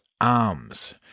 Arms